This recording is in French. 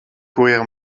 courir